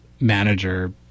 manager